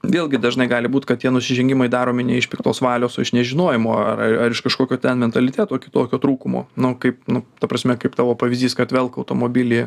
vėlgi dažnai gali būt kad tie nusižengimai daromi ne iš piktos valios o iš nežinojimo aa ar iš kažkokio ten mentaliteto kitokio trūkumo na kaip nu ta prasme kaip tavo pavyzdys kad velka automobilį